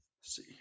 see